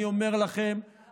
אני אומר לכם,